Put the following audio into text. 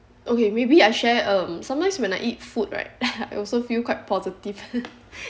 okay maybe I share um sometimes when I eat food right I also feel quite positive